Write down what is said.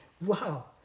Wow